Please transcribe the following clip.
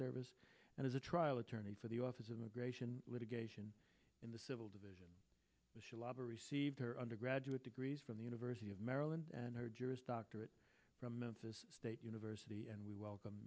service and as a trial attorney for the office of the gratian litigation in the civil division of labor received her undergraduate degrees from the university of maryland and her juris doctorate from memphis state university and we welcome